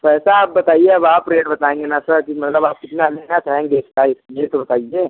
पैसा आप बताइए अब आप रेट बताएंगे ना सर कि मतलब आप कितना लेना चाहेंगे इसका ये तो बताइए